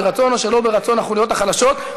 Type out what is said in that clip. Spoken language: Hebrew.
ברצון או שלא ברצון: החוליות החלשות.